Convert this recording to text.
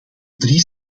drie